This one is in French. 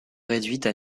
réduites